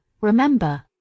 remember